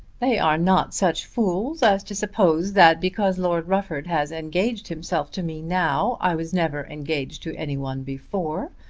they are not such fools as to suppose that because lord rufford has engaged himself to me now i was never engaged to any one before.